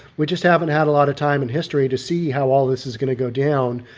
we just haven't had a lot of time in history to see how all this is going to go down.